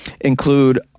include